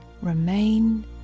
remain